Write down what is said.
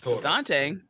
Dante